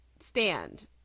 stand